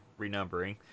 renumbering